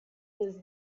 was